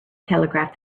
telegraph